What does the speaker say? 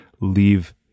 leave